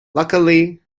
luckily